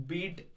Beat